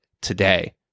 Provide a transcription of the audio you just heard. today